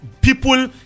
people